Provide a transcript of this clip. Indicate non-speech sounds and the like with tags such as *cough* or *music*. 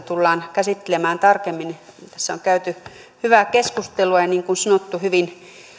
*unintelligible* tullaan käsittelemään tarkemmin tässä on käyty hyvää keskustelua ja niin kuin sanottu hyvin